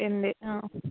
എൻ്റെ ആ